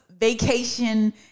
vacation